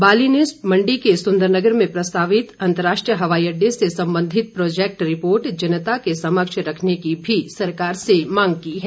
बाली ने मंडी के सुंदरनगर में प्रस्तावित अंतर्राष्ट्रीय हवाई अड्डे से संबंधित प्रोजैक्ट रिपोर्ट जनता के समक्ष रखने की भी मांग की है